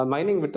Mining